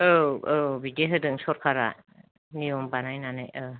औ औ बिदि होदों सरखारा नियम बानायनानै ओ